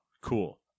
Cool